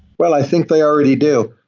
well, i think they already do.